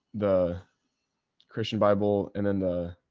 the christian bible, and then the,